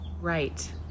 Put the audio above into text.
Right